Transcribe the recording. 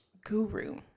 guru